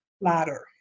ladder